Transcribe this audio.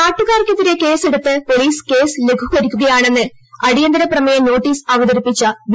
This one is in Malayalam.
നാട്ടുകാർക്ക് എതിരെ കേസെടുത്ത് പോലീസ് കേസ് ലഘൂകരിക്കുകയാണെന്നും അടിയന്തരപ്രമേയ നോട്ടീസ് അവതരിപ്പിച്ച വി